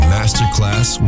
Masterclass